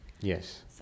Yes